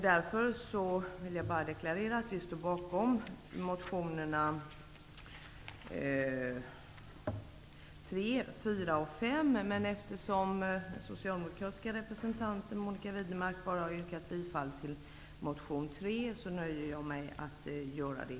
Därför vill jag deklarera att vi står bakom reservationerna 3,4 och 5, men eftersom den socialdemokratiska representanten Monica Widnemark bara har yrkat bifall till reservation 3, nöjer också jag mig med att göra det.